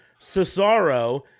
Cesaro